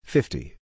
Fifty